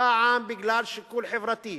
פעם בגלל שיקול חברתי,